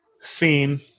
scene